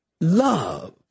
love